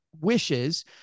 wishes